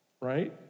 right